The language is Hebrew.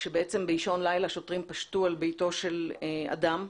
כשבעצם באישון לילה שוטרים פשטו על ביתו של אדם מבוגר,